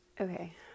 Okay